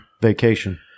vacation